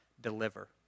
deliver